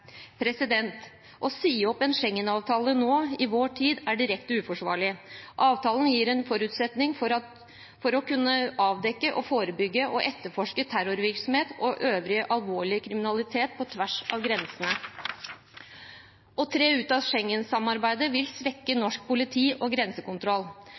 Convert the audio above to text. Å si opp Schengen-avtalen nå, i vår tid, er direkte uforsvarlig. Avtalen gir en forutsetning for å kunne avdekke, forebygge og etterforske terrorvirksomhet og øvrig alvorlig kriminalitet, på tvers av grensene. Å tre ut av Schengen-samarbeidet vil svekke